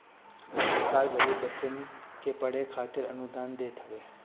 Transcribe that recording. सरकार गरीब बच्चन के पढ़े खातिर अनुदान देत हवे